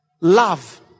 Love